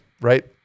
right